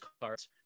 cards